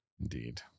Indeed